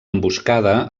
emboscada